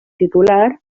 titular